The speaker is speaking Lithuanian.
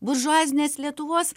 buržuazinės lietuvos